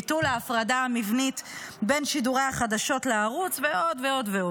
ביטול ההפרדה המבנית בין שידורי החדשות לערוץ ועוד ועוד.